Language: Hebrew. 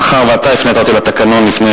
מאחר שאתה הפנית אותי לתקנון לפני כמה דקות,